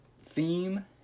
theme